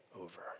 over